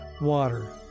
water